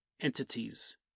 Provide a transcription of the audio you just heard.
entities